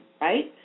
right